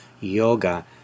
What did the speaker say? yoga